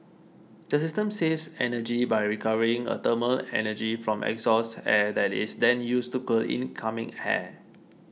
the system saves energy by recovering a thermal energy from exhaust air that is then used to cool incoming air